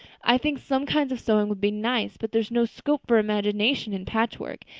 i think some kinds of sewing would be nice but there's no scope for imagination in patchwork.